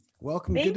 Welcome